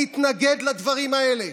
מתנגד לדברים האלה,